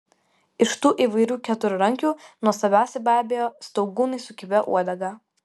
iš tų įvairių keturrankių nuostabiausi be abejo staugūnai su kibia uodega